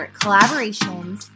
collaborations